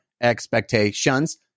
expectations